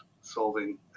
solving